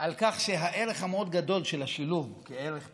על כך שהערך המאוד-גדול של השילוב כערך פדגוגי,